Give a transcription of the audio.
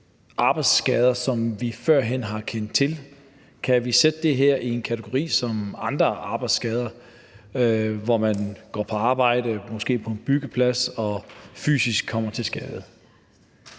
arbejdsskader, som vi førhen ikke har kendt til. Og kan vi så sætte det her i en kategori som andre arbejdsskader, hvor man går på arbejde, måske på en byggeplads, og kommer fysisk til skade?